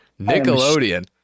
Nickelodeon